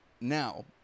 Now